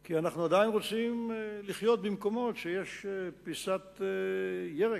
כי אנחנו עדיין רוצים לחיות במקומות שיש בהם פיסת ירק,